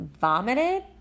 vomited